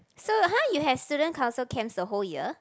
so !huh! you have student council camps the whole year